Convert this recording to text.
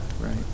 Right